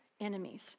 enemies